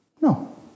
No